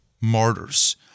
martyrs